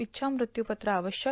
इच्छामृत्यूपत्र आवश्यक